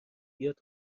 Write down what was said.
بیاد